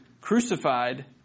crucified